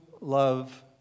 love